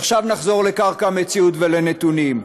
ועכשיו נחזור לקרקע המציאות ולנתונים.